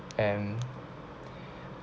and